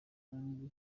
kandi